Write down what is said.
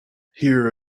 here